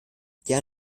der